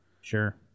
Sure